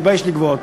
מתביישת לגבות,